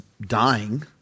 dying